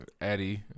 Eddie